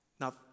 Now